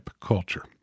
culture